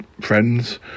friends